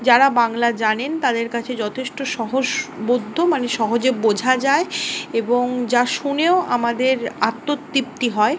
যারা বাংলা জানেন তাদের কাছে যথেষ্ট সহজবোদ্ধ মানে সহজে বোঝা যায় এবং যা শুনেও আমাদের আত্মতৃপ্তি হয়